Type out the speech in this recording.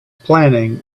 planning